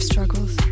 struggles